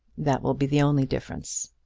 that will be the only difference.